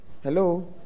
Hello